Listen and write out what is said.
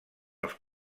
els